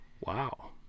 Wow